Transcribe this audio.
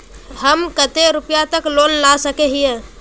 हम कते रुपया तक लोन ला सके हिये?